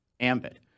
ambit